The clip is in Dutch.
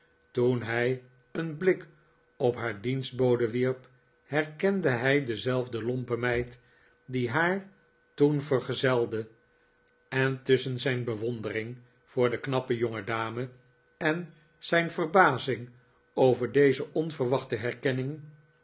toen hij een blik op haar dienstbode wierp herkende hij dezelfde lompe meid die haar toen vergezelde en tusschen zijn bewondering voor de knappe jongedame en zijn verbazing over deze onverwachte herkenning